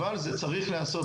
אבל זה צריך להיעשות,